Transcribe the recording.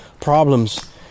problems